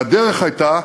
והדרך הייתה